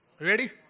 Ready